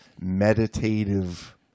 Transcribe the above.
meditative